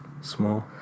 small